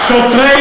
שוטריך פושעים.